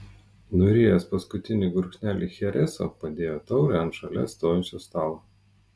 nurijęs paskutinį gurkšnelį chereso padėjo taurę ant šalia stovinčio stalo